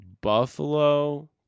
Buffalo